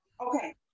Okay